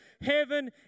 heaven